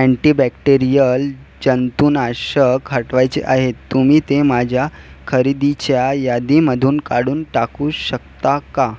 antibacterial जंतुनाशक हटवायचे आहेत तुम्ही ते माझ्या खरेदीच्या यादीमधून काढून टाकू शकता का